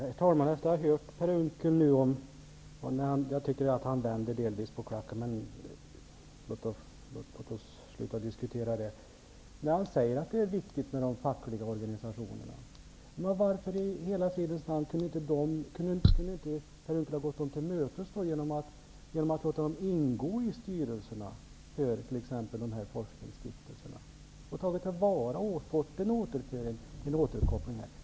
Herr talman! I sitt senaste inlägg tycker jag att Per Unckel delvis vänder på klacken, men låt oss sluta att diskutera det. Han säger att det är viktigt med de fackliga organisationerna. Men varför i hela fridens namn kunde då Per Unckel inte gå dem till mötes genom att låta dem ingå i styrelserna för t.ex. dessa forskningsstiftelser? Då kunde man ha tagit dem till vara och fått en återkoppling.